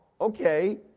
okay